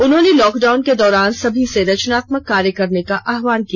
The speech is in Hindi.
उन्होंने लॉकडाउन के दौरान सभी से रचनात्मक कार्य करने का आह्वान किया